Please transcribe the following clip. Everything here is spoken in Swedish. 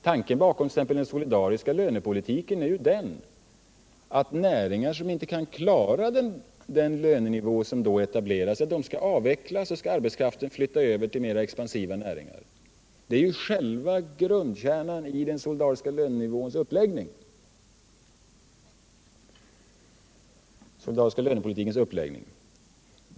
Tanken bakom t.ex. den solidariska lönepolitiken är att näringar som inte kan klara den lönenivå som etableras skall avvecklas och att arbetskraften skall flyttas över till mer expansiva näringar. Detta är själva grundkärnan i den solidariska lönepolitikens uppläggning.